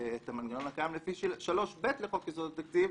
המנגנון הקיים לפי 3ב לחוק יסודות התקציב,